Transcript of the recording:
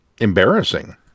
embarrassing